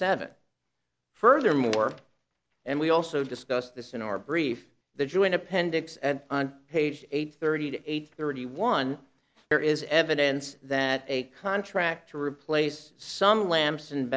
seven furthermore and we also discussed this in our brief the joint appendix and on page eight thirty eight thirty one there is evidence that a contract to replace some lamps